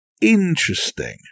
interesting